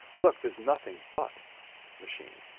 look, there's nothing but machine'.